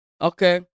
okay